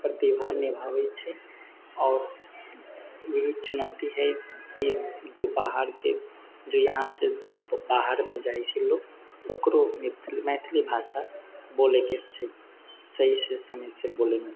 प्रतिभा निभावैत छै आओर इएह चुनौती हइ कि जो बाहरके जो यहाँसँ बाहरमे जाइत छै लोक ओकरो मैथिली भाषा बोलयके छै सहीसँ बोलयमे